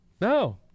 No